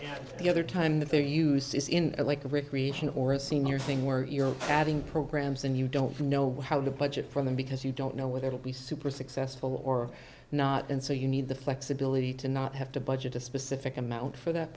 have the other time that their use is in a like a recreation or a senior thing where you're adding programs and you don't know how to budget for them because you don't know whether it'll be super successful or not and so you need the flexibility to not have to budget a specific amount for that